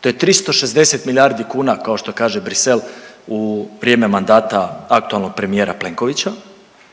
to je 360 milijardi kuna kao što kaže Bruxelles u vrijeme mandata aktualnog premijera Plenkovića